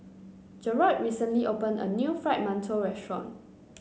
Garold recently opened a new Fried Mantou restaurant